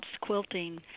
quilting